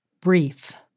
brief